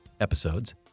episodes